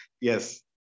Yes